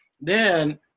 Then-